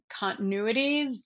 continuities